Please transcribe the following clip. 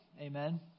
Amen